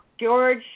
George